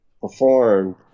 performed